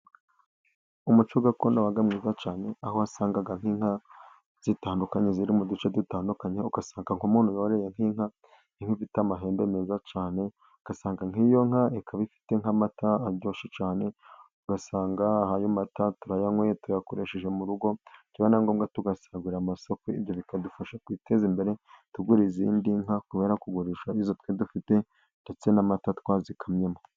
Umuco gakondo waga mwiza cyane, aho wasangaga nk'inka zitandukanye ziri mu duce dutandukanye, ugasanga umuntu yororeye nk'inka ifite amahembe meza cyane ,ugasanga nk'iyo nka ikaba ifite nk'amata aryoshye cyane, ugasanga ayo mata turayanyweye, tuyakoresheje mu rugo, byaba na ngombwa tugasagurira amasoko .ibyo bikadufasha kwiteza imbere tugura izindi nka kubera kugurisha izo twari dufite, ndetse n'amata twazikamyemo.